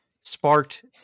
sparked